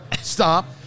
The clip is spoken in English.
stop